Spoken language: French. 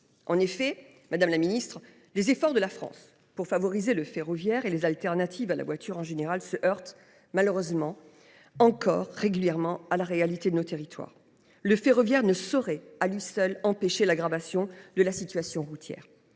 En effet, madame la secrétaire d’État, les efforts de la France pour favoriser le ferroviaire et les alternatives à la voiture en général se heurtent malheureusement encore régulièrement à la réalité de nos territoires. Le ferroviaire ne saurait à lui seul empêcher l’aggravation de la situation routière.